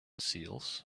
seals